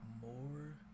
more